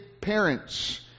parents